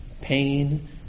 pain